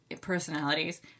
personalities